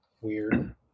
Weird